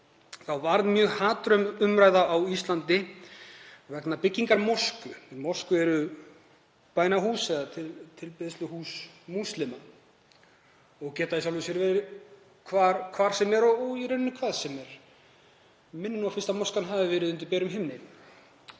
var mjög hatrömm umræða á Íslandi vegna byggingar mosku, en moskur eru bænahús eða tilbeiðsluhús múslima og geta í sjálfu sér verið hvar sem er og í rauninni hvað sem er. Mig minnir að fyrsta moskan hafi verið undir berum himni